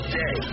day